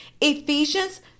Ephesians